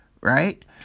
right